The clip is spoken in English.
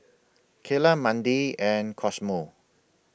Keyla Mandi and Cosmo